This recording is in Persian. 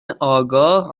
آگاه